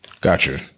Gotcha